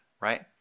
right